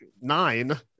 nine